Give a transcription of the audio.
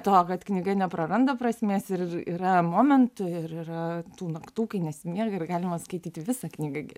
to kad knyga nepraranda prasmės ir yra momentų ir yra tų naktų kai nesimiega ir galima skaityti visą knygą